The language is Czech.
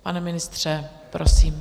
Pane ministře, prosím.